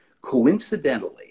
Coincidentally